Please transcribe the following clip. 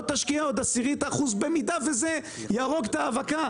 תשקיע עוד עשירית אחוז במידה שזה יהרוג את ההאבקה?